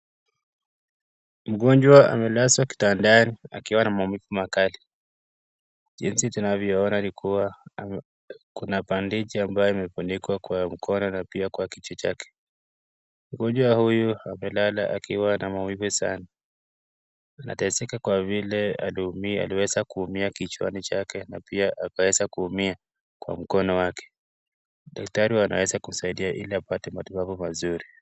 Mgonjwa amelazwa kitandani akiwa na maumivu makali. Jinsi tunavyoona ni kuwa kuna bandeji ambayo imefunikwa kwa mkono na pia kwa kichwa chake. Mgonjwa huyu amelala akiwa na maumivu sana anateseka kwa vile aliweza kuumia kichwani chake na pia akaweza kuumia kwa mkono wake. Daktari wanaweza kusaidia ili apate matibabu mazuri.